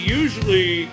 usually